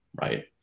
right